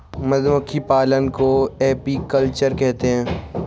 मधुमक्खी पालन को एपीकल्चर कहते है